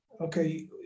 Okay